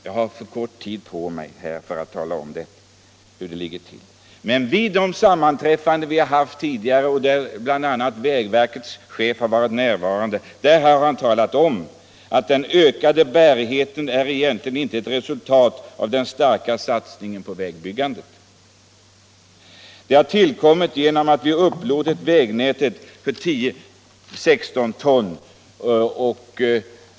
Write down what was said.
Jag har tyvärr för kort tid på mig för att här gå in på hur det ligger till med detta, men vid de sammanträffanden som vi har haft tidigare, där bl.a. vägverkets chef har varit närvarande, har han sagt att den ökade bärigheten egentligen inte är ett resultat av den starka satsningen på vägbyggandet utan att den har tillkommit genom att man upplåtit vägnätet för 16-tonslaster.